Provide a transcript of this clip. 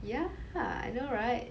ya I know right